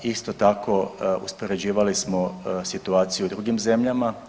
Isto tako uspoređivali smo situaciju u drugim zemljama.